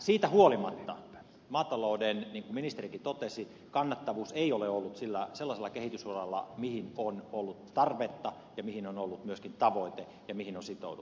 siitä huolimatta niin kuin ministerikin totesi maatalouden kannattavuus ei ole ollut sellaisella kehitysuralla mihin on ollut tarvetta ja mikä on ollut myöskin tavoite ja mihin on sitouduttu